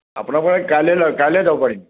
আপোনাৰ মানে কাইলৈ কাইলৈ যাব পাৰিম